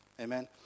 amen